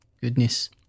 Goodness